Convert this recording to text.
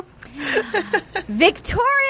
Victoria